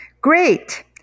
Great